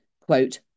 quote